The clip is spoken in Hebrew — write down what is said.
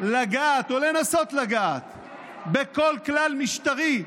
לגעת או לנסות לגעת בכל כלל משטרי,